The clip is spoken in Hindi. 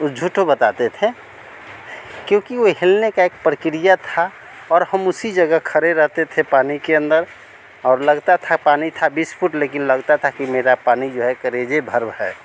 ऊ झुठो बताते थे क्योंकि वह हिलने की एक प्रक्रिया थी और हम उसी जगह खरे रहते थे पानी के अन्दर और लगता था पानी था बीस फुट लेकिन लगता था कि मेरा पानी जो है कलेजे भर है